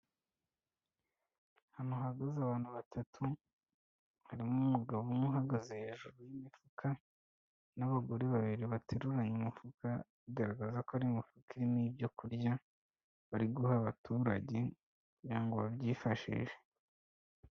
Ahantu hahagaze abantu batatu, harimo umugabo umwe uhagaze hejuru y'imifuka n'abagore babiri bateruranye umufuka, bigaragaza ko ari imifuka irimo ibyo kurya bari guha abaturage kugira ngo babyifashishe.